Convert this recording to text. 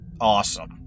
awesome